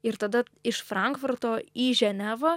ir tada iš frankfurto į ženevą